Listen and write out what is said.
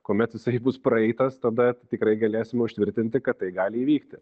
kuomet jisai bus praeitas tada tikrai galėsime užtvirtinti kad tai gali įvykti